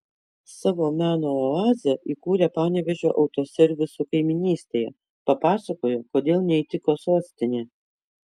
savo meno oazę įkūrė panevėžio autoservisų kaimynystėje papasakojo kodėl neįtiko sostinė